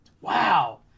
Wow